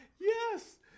Yes